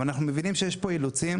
אבל אנחנו מבינים שיש פה אילוצים,